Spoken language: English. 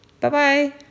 Bye-bye